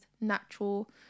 natural